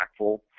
impactful